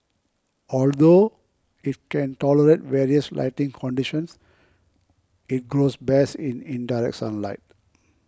although it can tolerate various lighting conditions it grows best in indirect sunlight